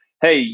hey